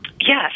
Yes